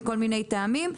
מכל מיני טעמים,